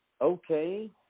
okay